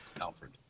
Alfred